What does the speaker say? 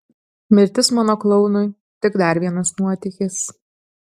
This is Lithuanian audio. mirtis mano klounui tik dar vienas nuotykis